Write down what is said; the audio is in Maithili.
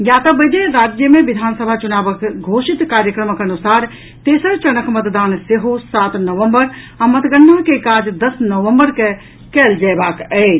ज्ञातव्य अछि जे राज्य मे विधानसभा चुनावक घोषित कार्यक्रमक अनुसार तेसर चरणक मतदान सेहो सात नवम्बर आ मतगणना के काज दस नवम्बर के कयल जयबाक अछि